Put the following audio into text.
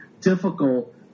difficult